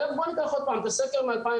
בוא ניקח עוד פעם את הסקר מ-2001.